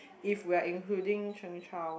if we are including Cheung Chao